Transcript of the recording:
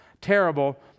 terrible